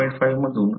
5 मधून 2